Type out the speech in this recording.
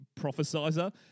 prophesizer